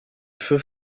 feux